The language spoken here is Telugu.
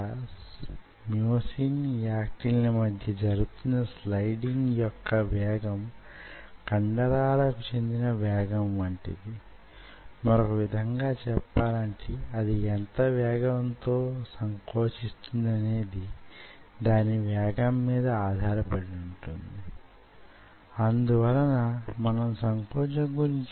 అందువలన మీరు కండరాలు వుత్పన్నం చేసే శక్తి వాటిని సంకోచింప చేసే శక్తి ఈ రెండిటిని కొలవగలిస్తే అప్పుడు మీకు కండరాలు యెలా ప్రవర్తిస్తాయో వాటికి సంబంధించిన మంచి లేక తగిన అంచనాలు లభించగలవు